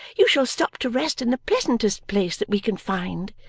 you shall stop to rest in the pleasantest place that we can find,